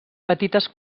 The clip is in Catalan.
petites